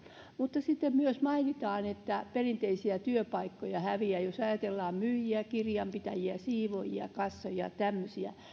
mutta sitten myös mainitaan että perinteisiä työpaikkoja häviää jos ajatellaan myyjiä kirjanpitäjiä siivoojia kassoja tämmöisiä